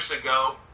ago